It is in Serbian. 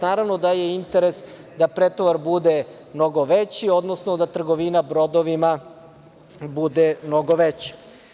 Naravno da je interes da pretovar bude mnogo veći, odnosno da trgovina brodovima bude mnogo veća.